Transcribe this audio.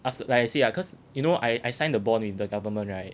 like you see ah cause you know I I signed the bond with the government right